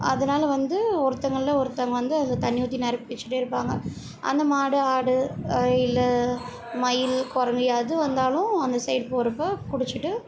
அதனால் வந்து ஒருத்தங்க இல்லை ஒருத்தவங்க வந்து அதில் தண்ணி ஊற்றி நிரப்பி வைச்சிட்டே இருப்பாங்க அந்த மாடு ஆடு இல்லை மயில் குரங்கு எது வந்தாலும் அந்த சைடு போகிறப்ப குடிச்சுட்டு